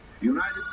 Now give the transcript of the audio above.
United